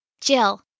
Jill